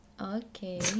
Okay